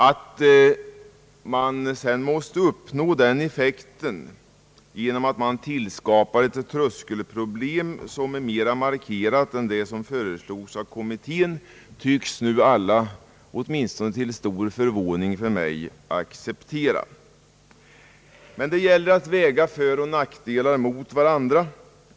Att denna effekt uppnås genom att man måste tillskapa ett tröskelproblem som är mera markerat än vad kommittén föreslagit tycks alla nu — till stor förvåning åtminstone för mig — acceptera. Men det gäller att väga föroch nackdelar mot varandra.